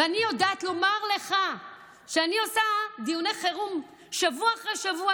ואני יודעת לומר לך שאני עושה דיוני חירום שבוע אחרי שבוע,